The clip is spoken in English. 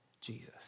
Jesus